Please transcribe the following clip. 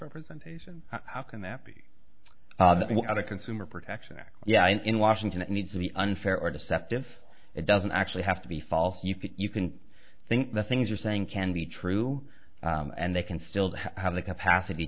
representation how can that be not a consumer protection act yeah and in washington it needs to be unfair or deceptive it doesn't actually have to be false you can you can think the things you're saying can be true and they can still have the capacity